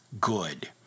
good